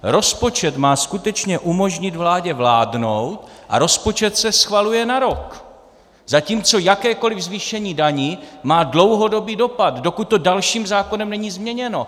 Rozpočet má skutečně umožnit vládě vládnout a rozpočet se schvaluje na rok, zatímco jakékoliv zvýšení daní má dlouhodobý dopad, dokud to dalším zákonem není změněno.